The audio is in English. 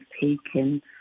taken